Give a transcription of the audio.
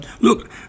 Look